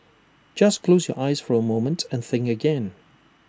just close your eyes for A moment and think again